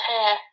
hair